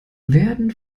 werden